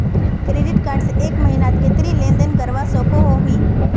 Credit card से एक महीनात कतेरी लेन देन करवा सकोहो ही?